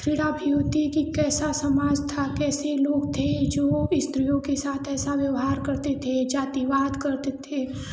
खिलाफ हीनते की कैसा समाज था कैसे लोग थे जो स्त्रियों के साथ ऐसा व्यवहार करते थे जातिवाद करते थे